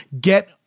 get